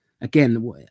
Again